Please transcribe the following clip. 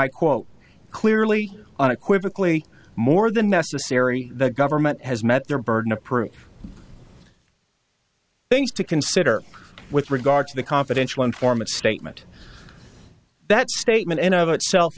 quote clearly on equivocally more than necessary the government has met their burden of proof things to consider with regard to the confidential informant statement that statement in of itself